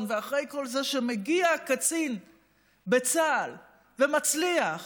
ואחרי כל זה שמגיע קצין בצה"ל ומצליח,